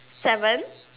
seven